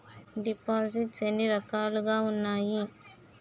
దిపోసిస్ట్స్ ఎన్ని రకాలుగా ఉన్నాయి?